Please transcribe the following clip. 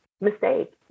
mistake